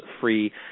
free